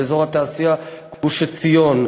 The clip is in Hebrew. באזור התעשייה גוש-עציון.